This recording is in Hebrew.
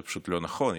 זה פשוט לא נכון.